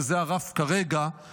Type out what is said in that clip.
שזה הרף כרגע,